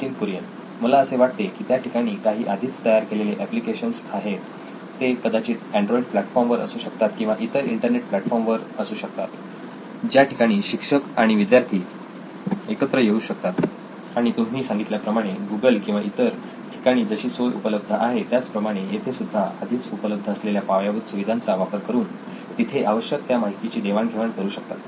नितीन कुरियन मला असे वाटते की त्या ठिकाणी काही आधीच तयार केले गेलेले एप्लिकेशन्स आहेत ते कदाचित अँड्रॉइड प्लॅटफॉर्म वर असू शकतात किंवा इतर इंटरनेट प्लॅटफॉर्म वर असू शकतात ज्या ठिकाणी शिक्षक आणि विद्यार्थी एकत्र येऊ शकतात आणि तुम्ही सांगितल्या प्रमाणे गुगल किंवा इतर ठिकाणी जशी सोय उपलब्ध आहे त्याच प्रमाणे येथे सुद्धा आधीच उपलब्ध असलेल्या पायाभूत सुविधांचा वापर करून तिथे आवश्यक त्या माहितीची देवाणघेवाण करू शकतात